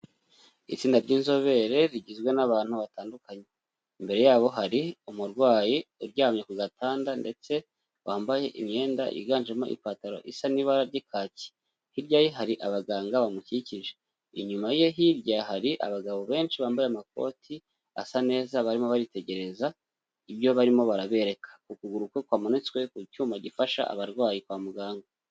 itsinda ry'inzobere rigizwe n'abantu batandukanye imbere yabo hari umurwayi uryamye ku gatanda ndetse wambaye imyenda yiganjemo ipantaro isa n'ibara ry'ikaki, hirya ye hari abaganga bamukikije, inyuma ye hirya hari abagabo benshi bambaye amakoti asa neza barimo baritegereza ibyo barimo barabereka. ukuguru kwe kwamanitswe ku cyuma gifasha abarwayi kwa muganga.